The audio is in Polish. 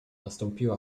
nastąpiła